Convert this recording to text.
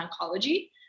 Oncology